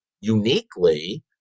uniquely